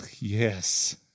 yes